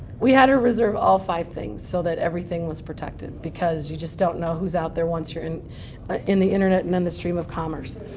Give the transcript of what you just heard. we had her reserve all five things so that everything was protected because you just don't know who's out there once you're in ah in the internet and in the stream of commerce.